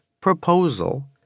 proposal